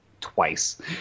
twice